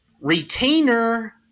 Retainer